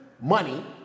money